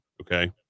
Okay